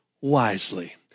wisely